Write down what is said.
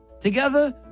Together